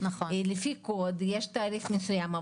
לפי קוד יש תעריף מסוים.